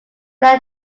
were